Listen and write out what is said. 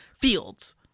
Fields